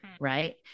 Right